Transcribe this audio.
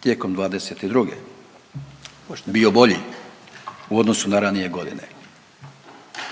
tijekom '22. bio bolji u odnosu na ranije godine,